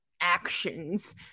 actions